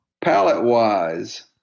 Palette-wise